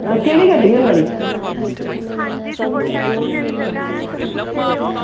आ केह्ड़ी गड्डी ऐ थुआढ़ी